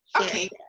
Okay